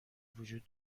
وجود